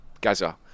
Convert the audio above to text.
Gaza